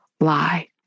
lie